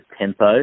tempo